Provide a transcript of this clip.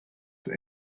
that